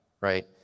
right